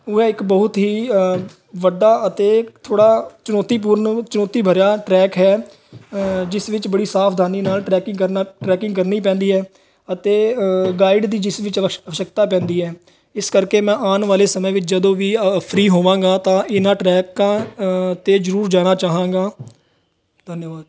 ਉਹ ਹੈ ਇੱਕ ਬਹੁਤ ਹੀ ਵੱਡਾ ਅਤੇ ਥੋੜ੍ਹਾ ਚੁਣੌਤੀਪੂਰਨ ਚੁਣੌਤੀ ਭਰਿਆ ਟਰੈਕ ਹੈ ਜਿਸ ਵਿੱਚ ਬੜੀ ਸਾਵਧਾਨੀ ਨਾਲ ਟਰੈਕਿੰਗ ਕਰਨਾ ਟਰੈਕਿੰਗ ਕਰਨੀ ਪੈਂਦੀ ਹੈ ਅਤੇ ਗਾਈਡ ਦੀ ਜਿਸ ਵਿੱਚ ਅਵਸ਼ਕਤਾ ਪੈਂਦੀ ਹੈ ਇਸ ਕਰਕੇ ਮੈਂ ਆਉਣ ਵਾਲੇ ਸਮੇਂ ਵਿੱਚ ਜਦੋਂ ਵੀ ਫਰੀ ਹੋਵਾਂਗਾ ਤਾਂ ਇਹਨਾਂ ਟਰੈਕਾਂ 'ਤੇ ਜ਼ਰੂਰ ਜਾਣਾ ਚਾਹਾਂਗਾ ਧੰਨਵਾਦ